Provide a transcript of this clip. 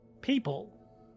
people